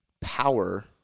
power